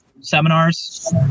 seminars